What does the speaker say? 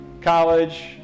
College